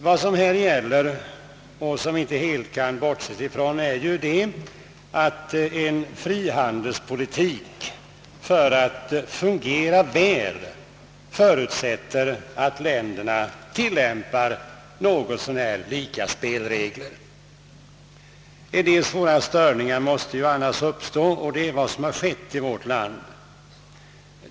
Vi kan inte helt bortse från att en förutsättning för att en frihandelspolitik skall fungera väl är att länderna tilllämpar något så när lika spelregler. 1 annat fall kan en del svåra störningar uppstå, och det är vad som har skett i vårt land.